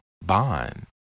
bond